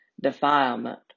defilement